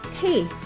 Hey